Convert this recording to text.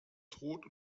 tod